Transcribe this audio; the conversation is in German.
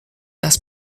das